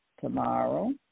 tomorrow